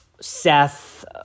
Seth